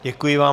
Děkuji vám.